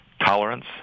Tolerance